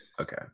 Okay